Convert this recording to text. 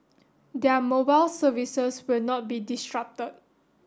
their mobile services will not be disrupted